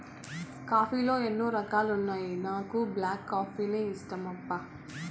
coffee లో ఎన్నో రకాలున్నా నాకు బ్లాక్ కాఫీనే ఇష్టమప్పా